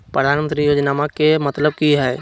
प्रधानमंत्री योजनामा के मतलब कि हय?